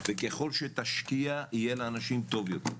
ככל שתשקיע, יהיה לאנשים טוב יותר.